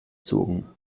zogen